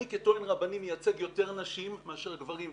אני כטוען רבני מייצג יותר נשים מאשר גברים.